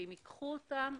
ואם ייקחו אותם,